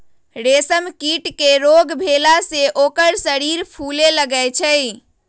रेशम कीट के रोग भेला से ओकर शरीर फुले लगैए छइ